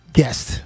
guest